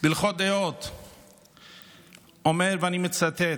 בהלכות דעות אומר, ואני מצטט: